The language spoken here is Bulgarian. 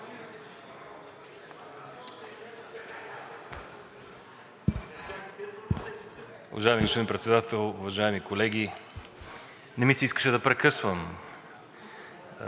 Уважаеми господин Председател, уважаеми колеги! Не ми се искаше да прекъсвам